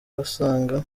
abasanga